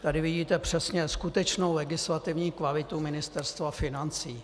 Tady vidíte přesně skutečnou legislativní kvalitu Ministerstva financí.